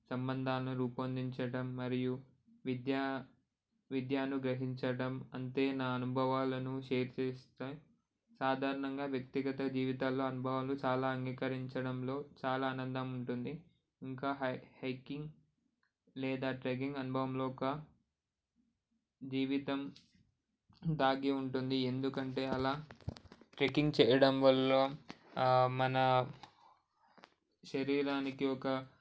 సంబంధాలను రూపొందించడం మరియు విద్యా విద్యను గ్రహించడం అంతే నా అనుభవాలను షేర్ చేస్తాను సాధారణంగా వ్యక్తిగత జీవితాల్లో అనుభవాలు చాలా అంగీకరించడంలో చాలా ఆనందం ఉంటుంది ఇంకా హై హైకింగ్ లేదా ట్రెక్కింగ్ అనుభవంలో ఒక జీవితం దాగి ఉంటుంది ఎందుకంటే అలా ట్రెక్కింగ్ చేయడం వల్ల మన శరీరానికి ఒక